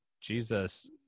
Jesus